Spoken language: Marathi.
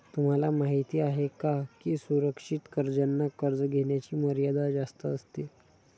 तुम्हाला माहिती आहे का की सुरक्षित कर्जांना कर्ज घेण्याची मर्यादा जास्त असते